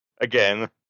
Again